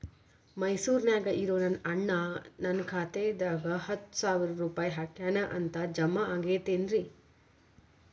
ಮೈಸೂರ್ ನ್ಯಾಗ್ ಇರೋ ನನ್ನ ಅಣ್ಣ ನನ್ನ ಖಾತೆದಾಗ್ ಹತ್ತು ಸಾವಿರ ರೂಪಾಯಿ ಹಾಕ್ಯಾನ್ ಅಂತ, ಜಮಾ ಆಗೈತೇನ್ರೇ?